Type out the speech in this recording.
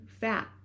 fat